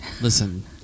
Listen